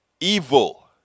evil